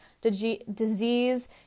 disease